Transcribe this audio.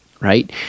Right